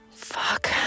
Fuck